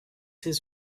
his